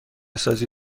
سازی